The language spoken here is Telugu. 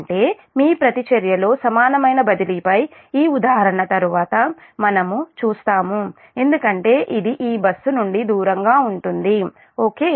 అంటే మీ ప్రతిచర్యలో సమానమైన బదిలీపై ఈ ఉదాహరణ తరువాత మనం చూస్తాము ఎందుకంటే ఇది ఈ బస్సు నుండి దూరంగా ఉంటుంది ఓకే